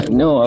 no